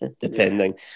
depending